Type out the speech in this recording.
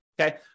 okay